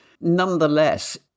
Nonetheless